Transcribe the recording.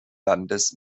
landes